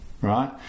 Right